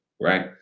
right